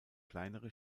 kleinere